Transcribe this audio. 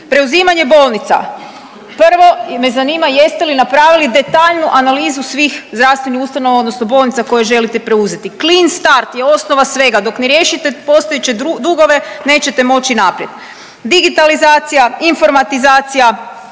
Preuzimanjem bolnica, prvo me zanima jeste li napravili detaljnu analizu svih zdravstvenih ustanova odnosno bolnica koje želite preuzeti? Clean start je osnova svega, dok ne riješite postojeće dugove nećete moći naprijed. Digitalizacija, informatizacija,